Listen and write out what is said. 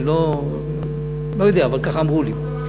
אני לא יודע, ככה אמרו לי.